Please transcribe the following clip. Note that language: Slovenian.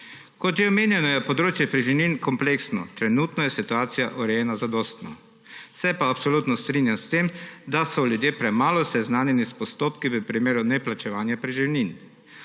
Kot že omenjeno, je področje preživnin kompleksno. Trenutno je situacija urejena zadostno. Se pa absolutno strinjam s tem, da so ljudje premalo seznanjeni s postopki v primeru neplačevanja preživnin.